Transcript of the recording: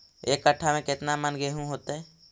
एक कट्ठा में केतना मन गेहूं होतै?